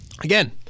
Again